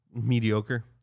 Mediocre